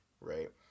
Right